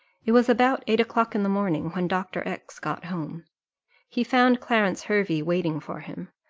it was about eight o'clock in the morning when dr. x got home he found clarence hervey waiting for him.